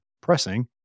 pressing